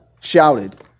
shouted